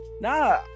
Nah